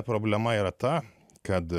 problema yra ta kad